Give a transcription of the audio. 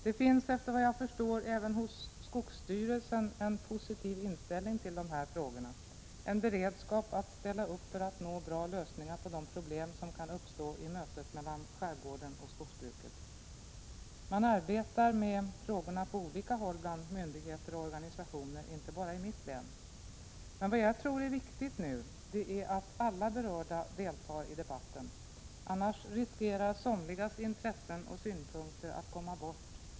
Det finns, efter vad jag förstår, även hos skogsstyrelsen en positiv inställning till dessa frågor, en beredskap att ställa upp för att nå bra lösningar på de problem som kan uppstå i mötet mellan skärgården och skogsbruket. Man arbetar med frågorna på olika håll bland myndigheter och organisationer, inte bara i mitt län. Men vad jag tror är viktigt nu är att alla berörda deltar i debatten. Annars riskerar somligas intressen och synpunkter att komma bort.